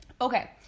Okay